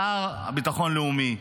השר לביטחון לאומי: